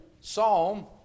Psalm